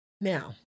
Now